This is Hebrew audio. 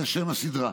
זה שם הסדרה.